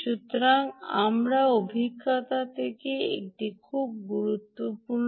সুতরাং আমার অভিজ্ঞতা থেকে একটি জিনিস যা খুব গুরুত্বপূর্ণ